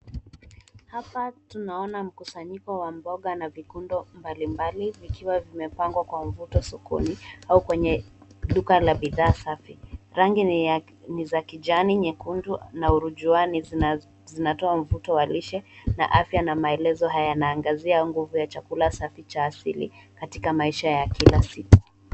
Hapa tunaona mkusanyiko wa mboga na vikundo mbalimbali vikiwa vimepangwa kwa mvuto sokoni au kwenye duka la bidhaa safi. Rangi ni za kijani, nyekundu na urujuani zinazotoa mvuto wa lishe na afya na maelezo haya yanaangazia nguvu ya chakula safi cha asili katika maisha ya kila siku.